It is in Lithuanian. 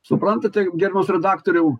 suprantate gerbiamas redaktoriau